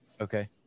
Okay